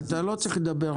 אתה לא צריך לדבר.